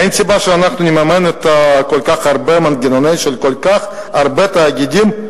אין סיבה שאנחנו נממן כל כך הרבה מנגנונים של כל כך הרבה תאגידים.